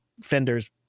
fender's